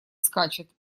скачет